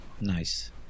nice